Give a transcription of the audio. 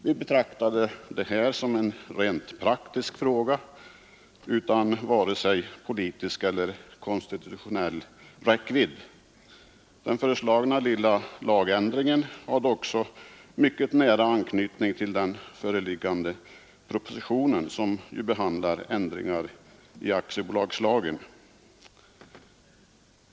Vi betraktade det här som en rent praktisk fråga utan vare sig politisk eller konstitutionell räckvidd. Den föreslagna lilla lagändringen hade också mycket nära anknytning till den föreliggande propositionen, som ju behandlar ändringar i aktiebolagslagen.